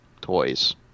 toys